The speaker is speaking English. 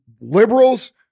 liberals